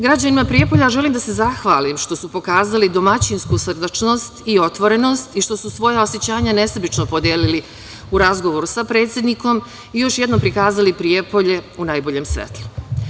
Građanima Prijepolja želim da se zahvalim što su pokazali domaćinsku srdačnost i otvorenost i što su svoja osećanja nesebično podelili u razgovoru sa predsednikom i još jednom prikazali Prijepolje u najboljem svetlu.